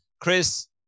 Chris